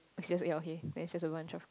it's just then just a